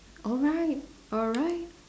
alright alright